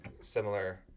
similar